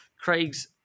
Craig's